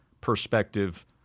perspective